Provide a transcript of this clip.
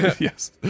Yes